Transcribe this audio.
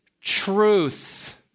truth